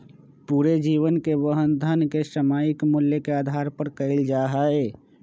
पूरे जीवन के वहन धन के सामयिक मूल्य के आधार पर कइल जा हई